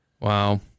Wow